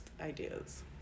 ideas